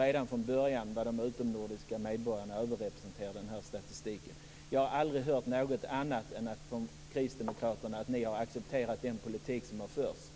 Redan från början var de utomnordiska medborgarna överrepresenterade i den statistiken. Jag har aldrig hört något annat från Kristdemokraterna än att man har accepterat den politik som förts.